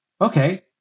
Okay